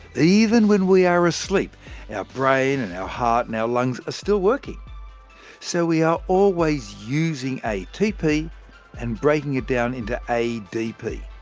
even when we are asleep, our brain and our heart and lungs are still working so we are always using atp and breaking it down into adp.